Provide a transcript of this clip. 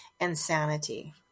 insanity